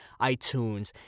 iTunes